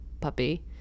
puppy